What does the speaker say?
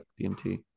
DMT